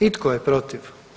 I tko je protiv?